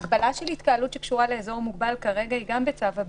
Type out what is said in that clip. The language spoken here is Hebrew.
ההגבלה של התקהלות באזור מוגבל היא כרגע גם בצו הבידוד.